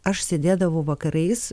aš sėdėdavau vakarais